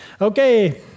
Okay